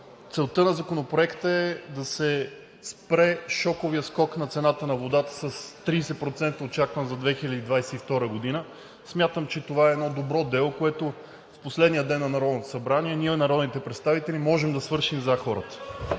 Целта на Законопроекта е да се спре шоковият скок на цената на водата с 30%, очакван за 2022 г. Смятам, че това е едно добро дело, което в последния ден на Народното събрание, ние, народните представители, можем да свършим за хората.